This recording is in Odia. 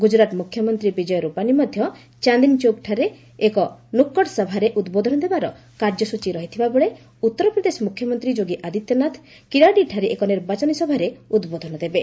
ଗୁଜୁରାଟ ମୁଖ୍ୟମନ୍ତ୍ରୀ ବିଜୟ ରୂପାନୀ ମଧ୍ୟ ଚାନ୍ଦିନୀଚୌକଠାରେ ଏକ ନୂକଡ ସଭାରେ ଉଦ୍ବୋଧନ ଦେବାର କାର୍ଯ୍ୟସ୍ଟଚୀ ରହିଥିବାବେଳେ ଉତ୍ତରପ୍ରଦେଶ ମ୍ରଖ୍ୟମନ୍ତ୍ରୀ ଯୋଗୀ ଆଦିତ୍ୟନାଥ କିରାଡିଠାରେ ଏକ ନିର୍ବାଚନ ସଭାରେ ଉଦ୍ବୋଧନ ଦେବେ